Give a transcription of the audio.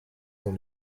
dans